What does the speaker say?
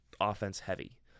offense-heavy